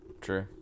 True